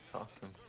awesome.